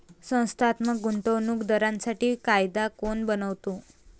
संस्थात्मक गुंतवणूक दारांसाठी कायदा कोण बनवतो?